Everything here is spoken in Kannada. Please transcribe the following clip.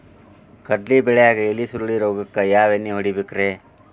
ಕಡ್ಲಿ ಬೆಳಿಯಾಗ ಎಲಿ ಸುರುಳಿ ರೋಗಕ್ಕ ಯಾವ ಎಣ್ಣಿ ಹೊಡಿಬೇಕ್ರೇ?